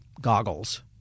goggles